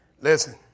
Listen